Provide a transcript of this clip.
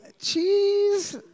cheese